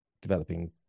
developing